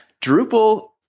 Drupal